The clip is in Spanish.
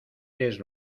eres